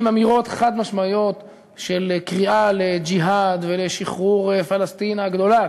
עם אמירות חד-משמעיות של קריאה לג'יהאד ולשחרור פלסטין הגדולה,